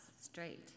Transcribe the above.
straight